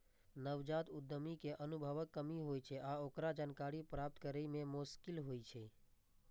नवजात उद्यमी कें अनुभवक कमी होइ छै आ ओकरा जानकारी प्राप्त करै मे मोश्किल होइ छै